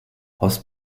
horst